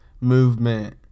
movement